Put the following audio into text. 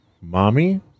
Mommy